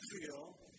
feel